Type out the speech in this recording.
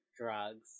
drugs